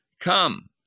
Come